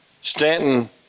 Stanton